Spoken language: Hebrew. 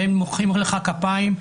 והם מוחאים לך כפיים,